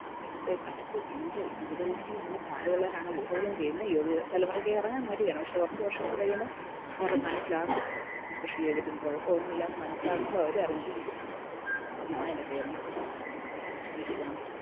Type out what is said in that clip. അപ്പം ഇന്നത്തെ കാലത്ത് എന്ത് യുവതലമുറ എല്ലാം പ്രായമുള്ളവരാണ് കൂടുതലും ചെയ്യുന്നത് യുവ തലമുറയ്ക്ക് ഇറങ്ങാൻ മടിയാണ് പക്ഷേ കുറച്ച് വർഷങ്ങൾ കഴിയുമ്പം അവർ മനസ്സിലാക്കും കൃഷി ചെയ്തിട്ടും കുഴപ്പം ഒന്നും ഇല്ല എന്ന് മനസ്സിലാക്കുമ്പോൾ അവർ ഇറങ്ങിത്തിരിക്കും എന്നാണ് എൻ്റെ പൂർണ്ണ വിശ്വാസം